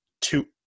two